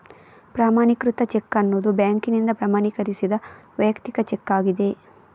ಪ್ರಮಾಣೀಕೃತ ಚೆಕ್ ಅನ್ನುದು ಬ್ಯಾಂಕಿನಿಂದ ಪ್ರಮಾಣೀಕರಿಸಿದ ವೈಯಕ್ತಿಕ ಚೆಕ್ ಆಗಿದೆ